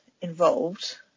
involved